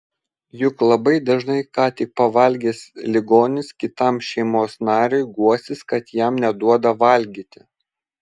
juk labai dažnai ką tik pavalgęs ligonis kitam šeimos nariui guosis kad jam neduoda valgyti